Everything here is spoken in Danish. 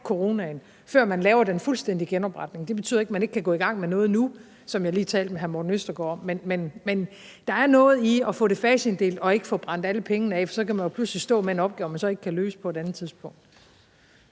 coronaen, før man laver den fuldstændige genopretning. Det betyder ikke, at man ikke kan gå i gang med noget nu, som jeg lige talte med hr. Morten Østergaard om, men der er noget i at få det faseinddelt og ikke få brændt alle pengene af, for så kan man jo på et andet tidspunkt pludselig stå med en opgave, man så ikke kan løse. Kl. 14:04 Første